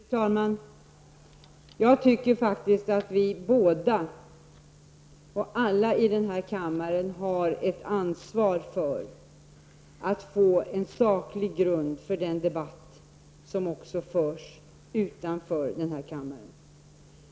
Fru talman! Jag tycker faktiskt att vi båda och alla i den här kammaren har ett ansvar att se till att ge en saklig grund för den debatt som också förs utanför det här huset.